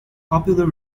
popular